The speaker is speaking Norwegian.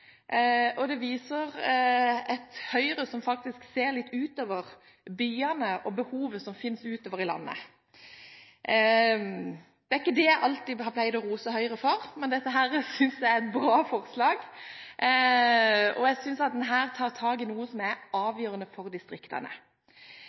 Høyre som ser litt utover byene – og ser behovet som finnes ute i landet. Det er ikke dette jeg alltid har pleid å rose Høyre for, men dette forslaget synes jeg er bra. Jeg synes at en her tar tak i noe som er